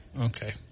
Okay